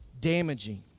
damaging